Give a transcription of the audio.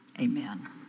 Amen